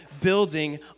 building